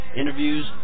Interviews